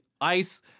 ice